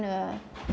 uh